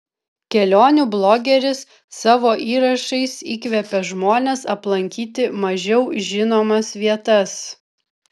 kelionių blogeris savo įrašais įkvepia žmones aplankyti mažiau žinomas vietas